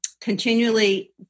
continually